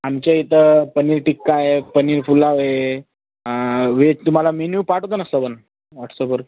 आमच्या इथं पनीर टिक्का आहे पनीर पुलाव आहे व्हेज तुम्हाला मेन्यू पाठवतो ना सबंध व्हॉट्सअपवर